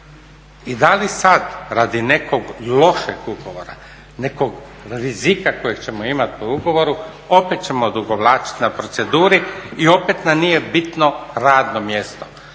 I da li sada radi nekog lošeg ugovora, nekog rizika kojeg ćemo imati po ugovoru opet ćemo odugovlačiti na proceduri i opet nam nije bitno radno mjesto.